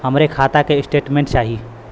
हमरे खाता के स्टेटमेंट चाही?